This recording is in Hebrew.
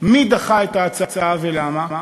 מי דחה את ההצעה ולמה.